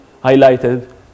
highlighted